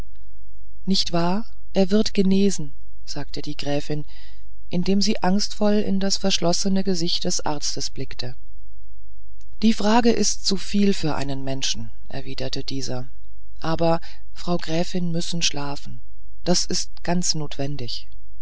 nicht wahr er wird genesen sagte die gräfin indem sie angstvoll in das verschlossene gesicht des arztes blickte die frage ist zuviel für einen menschen erwiderte dieser aber frau gräfin müssen schlafen das ist ganz notwendig